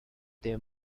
their